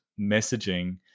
messaging